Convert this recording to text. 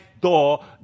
door